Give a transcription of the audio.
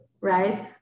right